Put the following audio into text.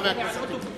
חבר הכנסת טיבי.